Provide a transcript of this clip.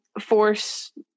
force